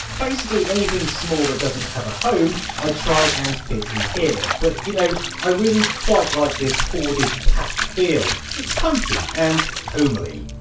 basically, anything small that doesn't have a home, i try and fit in here. but y'know, you know i really quite like this hoarded, packed feel, it's comfy and homely.